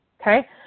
okay